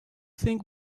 think